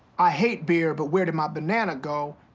i hate beer, but where did my banana go?